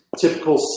Typical